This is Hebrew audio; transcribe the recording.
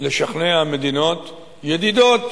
לשכנע מדינות ידידות